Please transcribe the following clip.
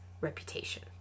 Reputation